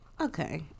Okay